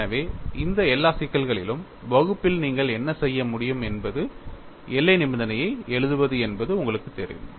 எனவே இந்த எல்லா சிக்கல்களிலும் வகுப்பில் நீங்கள் என்ன செய்ய முடியும் என்பது எல்லை நிபந்தனையை எழுதுவது என்பது உங்களுக்குத் தெரியும்